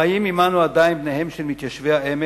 חיים עמנו עדיין בניהם של מתיישבי העמק,